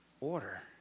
order